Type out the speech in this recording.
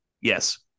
Yes